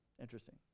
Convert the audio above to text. Interesting